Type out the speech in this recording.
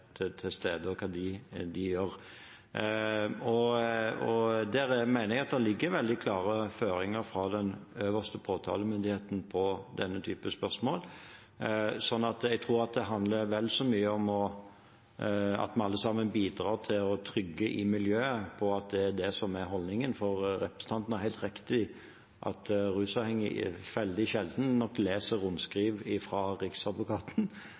og hva de gjør. Her mener jeg det ligger veldig klare føringer fra den øverste påtalemyndigheten i denne type spørsmål, så jeg tror det handler vel så mye om at vi alle sammen bidrar til å trygge miljøet, at det er holdningen. Representanten har helt rett i at rusavhengige veldig sjelden leser rundskriv fra Riksadvokaten,